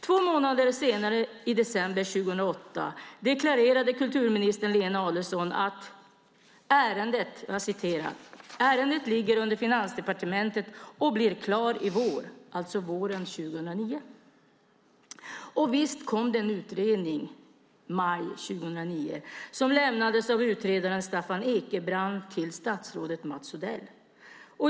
Två månader senare, i december 2008, deklarerade kulturminister Lena Adelsohn Liljeroth att "ärendet ligger under Finansdepartementet och blir klart i vår" - alltså våren 2009. Och visst kom det en utredning i maj 2009 som lämnades av utredaren Staffan Ekebrand till statsrådet Mats Odell.